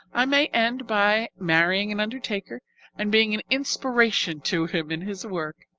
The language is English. i may end by marrying an undertaker and being an inspiration to him in his work.